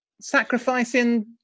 sacrificing